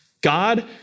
God